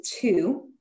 two